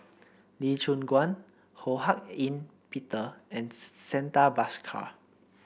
Lee Choon Guan Ho Hak Ean Peter and Santha Bhaskar